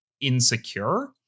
insecure